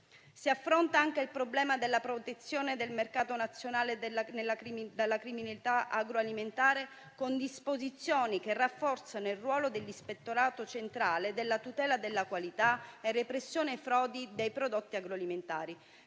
Si affronta anche il problema della protezione del mercato nazionale dalla criminalità agroalimentare, con disposizioni che rafforzano il ruolo dell'Ispettorato centrale della tutela della qualità e repressione frodi dei prodotti agroalimentari.